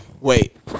Wait